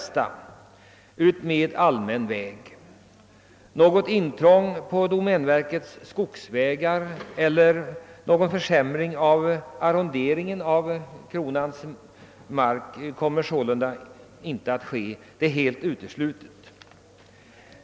Att det skulle bli något intrång på domänverkets skogsvägar eller någon försämring av arronderingen av kronans mark är helt uteslutet.